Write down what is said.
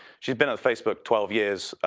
she's been at facebook twelve years.